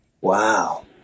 Wow